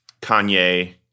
Kanye